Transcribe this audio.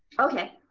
okay,